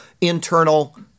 internal